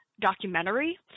documentary